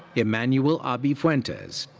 emanuel abi fuentes.